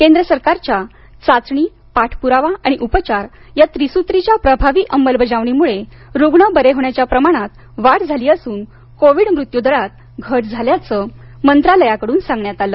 केंद्र सरकारच्या चाचणी पाठपुरावा आणि उपचार या त्रिसूत्रीच्या प्रभावी अंमलबजावणी मुळे रुग्ण बरे होण्याच्या प्रमाणात वाढ झाली असून कोविड मृत्यू दरात घट झाल्याचं मंत्रालयाकडून सांगण्यात आलं